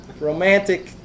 Romantic